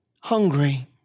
hungry